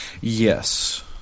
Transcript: Yes